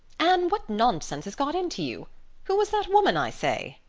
anne, what nonsense has got into who was that woman, i say?